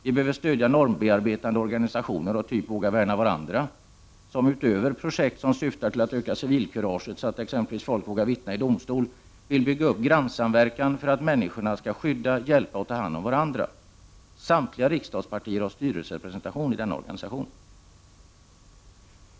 Vi behöver stödja normbearbetande organisationer av typ Våga värna varandra, som — utöver projekt som syftar till att öka civilkuraget, så att exempelvis folk vågar vittna i domstol — vill bygga upp grannsamverkan för att människorna skall skydda, hjälpa och ta hand om varandra. Samtliga riksdagspartier har styrelserepresentation i denna organisation.